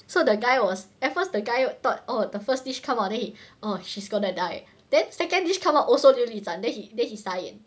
so the guy was at first the guy thought oh the first dish come out then he oh she's gonna die then second dish come out also 琉璃盏 then he then he sighed